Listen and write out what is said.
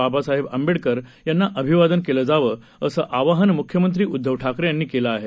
बाबासाहेब आंबेडकर यांना अभिवादन केलं जावं असं आवाहन मुख्यमंत्री उद्धव ठाकरे यांनी केलं आहे